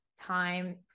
time